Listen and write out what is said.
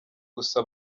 gusa